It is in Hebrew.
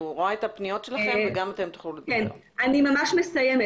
כל תיקון של תקנות דורש גם ביצוע של דוח RIA שיבדוק מול בעלי העניין,